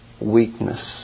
weakness